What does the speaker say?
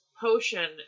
potion